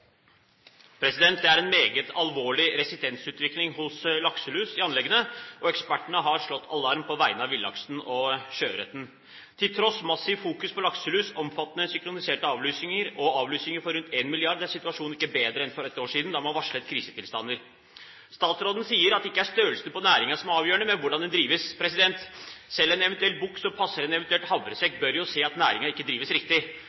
ekspertene har slått alarm på vegne av villaksen og sjøørreten. Til tross for massivt fokus på lakselus, omfattende synkroniserte avlusninger og avlusninger for rundt 1 mrd. kr er situasjonen ikke bedre enn for ett år siden, da man varslet krisetilstander. Statsråden sier det ikke er størrelsen på næringen som er avgjørende, men hvordan den drives. Selv en eventuell bukk som passer en eventuell havresekk, bør jo se at næringen ikke drives riktig,